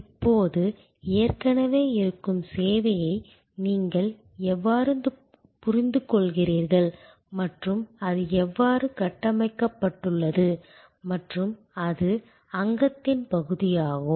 இப்போது ஏற்கனவே இருக்கும் சேவையை நீங்கள் எவ்வாறு புரிந்துகொள்கிறீர்கள் மற்றும் அது எவ்வாறு கட்டமைக்கப்பட்டுள்ளது மற்றும் அது அங்கத்தின் பகுதியாகும்